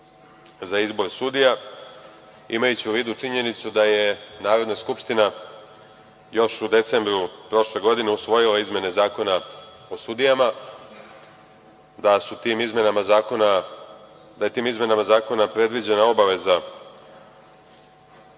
za izbor sudija, imajući u vidu činjenicu da je Narodna skupština još u decembru prošle godine usvojila izmene Zakona o sudijama, da su tim izmenama zakona predviđena obaveza